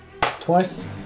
twice